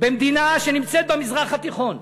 במדינה שנמצאת במזרח התיכון,